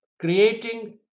creating